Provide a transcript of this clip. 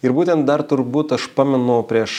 ir būtent dar turbūt aš pamenu prieš